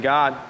God